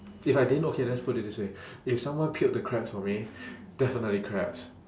if I didn't okay let's put it this way if someone peeled the crabs for me definitely crabs